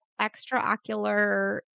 extraocular